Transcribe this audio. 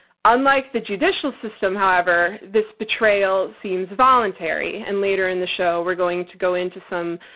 unlike the judicial system, however, this betrayal seems voluntary. and later in the show, we're going to go into some,